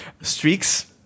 Streaks